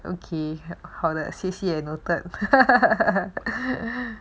okay 好的谢谢 noted